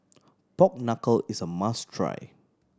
pork knuckle is a must try